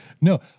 No